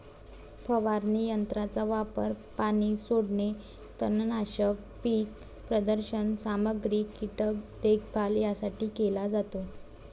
फवारणी यंत्राचा वापर पाणी सोडणे, तणनाशक, पीक प्रदर्शन सामग्री, कीटक देखभाल यासाठी केला जातो